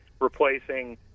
replacing